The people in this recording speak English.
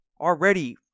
already